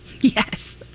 Yes